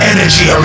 Energy